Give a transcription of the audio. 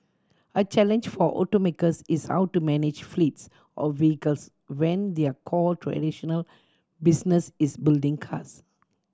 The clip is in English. a challenge for automakers is how to manage fleets of vehicles when their core traditional business is building cars